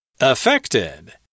Affected